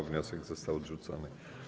Wniosek został odrzucony.